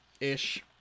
ish